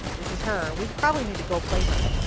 this is her. we probably need to gold plate her.